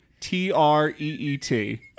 T-R-E-E-T